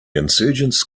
insurgents